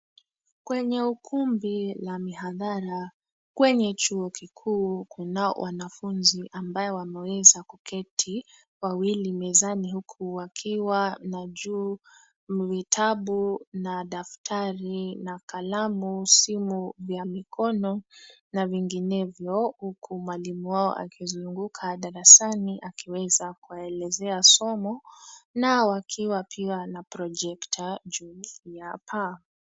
Kwenye ukumbi la mihadhara kwenye chuo kikuu kunao wanafunzi ambao wameweza kuketi wawili mezani huku wakiwa na juu vitabu na daftari na kalamu, simu ya mikono na vinginevyo huku mwalimu wao akizunguka darasani akiweza kuwaelezea somo nao wakiwa pia na projekta juu ya paa.